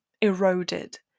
eroded